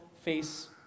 face